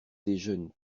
déjeune